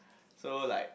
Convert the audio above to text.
so like